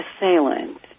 assailant